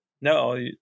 no